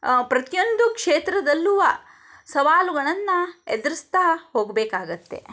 ಪ್ರತಿಯೊಂದು ಕ್ಷೇತ್ರದಲ್ಲೂ ಸವಾಲುಗಳನ್ನು ಎದುರಿಸ್ತಾ ಹೋಗಬೇಕಾಗುತ್ತೆ